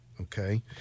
okay